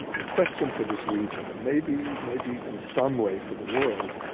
the question for this region and maybe maybe in some way for the world,